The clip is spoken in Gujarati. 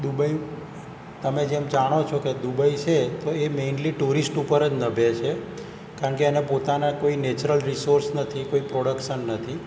દુબઈ તમે જેમ જાણો છો કે દુબઈ છે તો એ મેનલી ટુરિસ્ટ ઉપર જ નભે છે કારણ કે એને પોતાના કોઈ નેચરલ રિસોર્સ નથી કોઈ પ્રોડક્શન નથી